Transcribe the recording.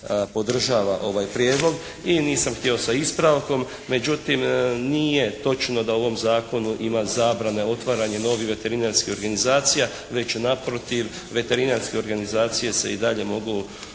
podržava ovaj prijedlog i nisam htio sa ispravkom. Međutim, nije točno da u ovom zakonu ima zabrane otvaranja novih veterinarskih organizacija već naprotiv veterinarske organizacije se i dalje mogu